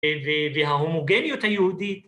‫וההומוגניות היהודית